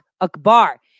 Akbar